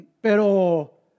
pero